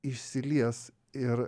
išsilies ir